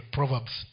Proverbs